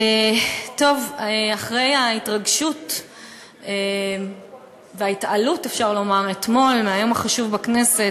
אחרי ההתרגשות וההתעלות אתמול מהיום החשוב בכנסת,